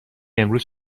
امروز